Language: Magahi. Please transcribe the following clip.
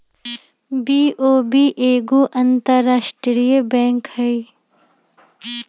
बी.ओ.बी एगो भारतीय अंतरराष्ट्रीय बैंक हइ